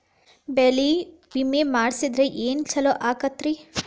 ಬೆಳಿ ವಿಮೆ ಮಾಡಿಸಿದ್ರ ಏನ್ ಛಲೋ ಆಕತ್ರಿ?